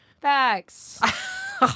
Facts